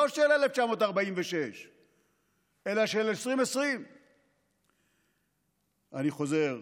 לא של 1946 אלא של 2020. אני חוזר: